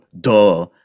duh